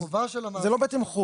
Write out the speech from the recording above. החובה של המעסיק --- זה לא בתמחור.